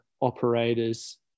operators